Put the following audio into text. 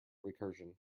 recursion